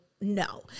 no